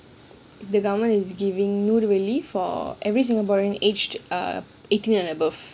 the government is giving நூறு வெள்ளி:nooru velli for every singaporean aged eighteen and above